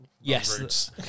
Yes